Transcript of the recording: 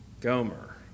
Gomer